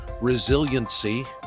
resiliency